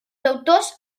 autors